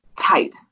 tight